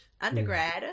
undergrad